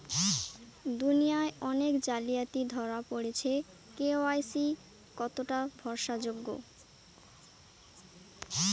দুনিয়ায় অনেক জালিয়াতি ধরা পরেছে কে.ওয়াই.সি কতোটা ভরসা যোগ্য?